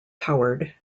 powered